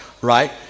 right